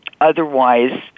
otherwise